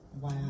Wow